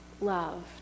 loved